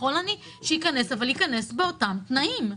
יכול אני שייכנס אבל שייכנס באותם תנאים.